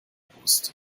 brust